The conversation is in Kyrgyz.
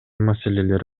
маселелер